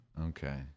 Okay